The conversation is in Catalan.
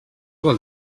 vol